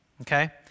Okay